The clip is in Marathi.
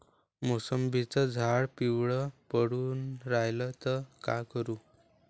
मोसंबीचं झाड पिवळं पडून रायलं त का करू?